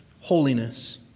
holiness